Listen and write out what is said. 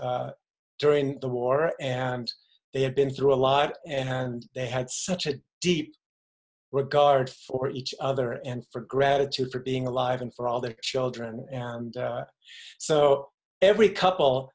during the war and they have been through a lot and they had such a deep regard for each other and for gratitude for being alive and for all their children and so every couple